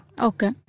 Okay